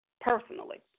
personally